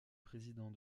président